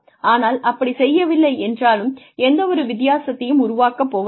ஆனால் அப்படிச் செய்ய வில்லை என்றாலும் எந்தவொரு வித்தியாசத்தையும் உருவாக்கப் போவதில்லை